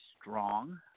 strong